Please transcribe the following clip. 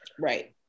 Right